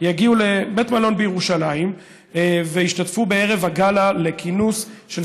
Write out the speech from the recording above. יגיעו לבית מלון בירושלים וישתתפו בערב הגאלה לכינוס של